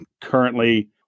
currently